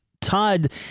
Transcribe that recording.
Todd